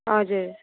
हजुर